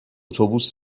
اتوبوس